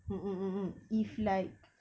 mmhmm mmhmm if like